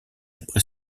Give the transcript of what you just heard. après